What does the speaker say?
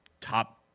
top